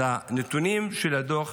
הנתונים של הדוח,